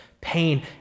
Pain